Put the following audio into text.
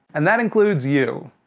and that includes you.